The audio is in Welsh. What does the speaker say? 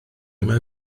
mae